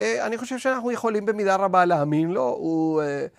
‫אני חושב שאנחנו יכולים ‫במידה רבה להאמין לו.הוא אה..